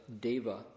Deva